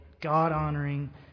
God-honoring